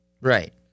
right